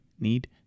need